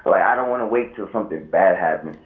i don't want to wait til something bad happens.